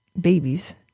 babies